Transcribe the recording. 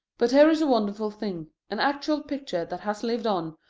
but here is a wonderful thing, an actual picture that has lived on,